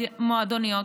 מועדוניות.